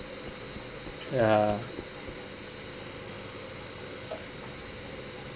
ya